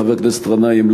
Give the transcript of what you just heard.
חבר הכנסת גנאים,